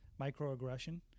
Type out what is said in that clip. microaggression